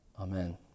Amen